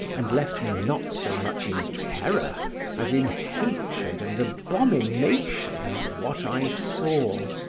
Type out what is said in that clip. and left me not so much in terror as in hatred and abomination of what i saw.